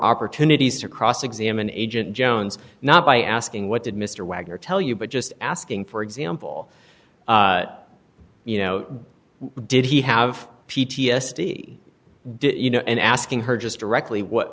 opportunities to cross examine agent jones not by asking what did mr wagner tell you but just asking for example you know did he have p t s d did you know and asking her just directly